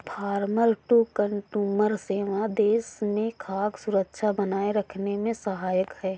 farmer to consumer सेवाएं देश में खाद्य सुरक्षा बनाए रखने में सहायक है